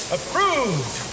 Approved